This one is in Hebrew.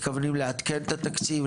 אם אתם מתכוונים לעדכן את התקציב?